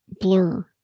blur